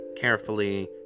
carefully